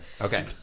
okay